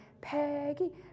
Peggy